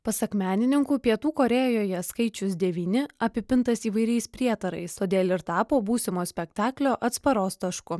pasak menininkų pietų korėjoje skaičius devyni apipintas įvairiais prietarais todėl ir tapo būsimo spektaklio atsparos tašku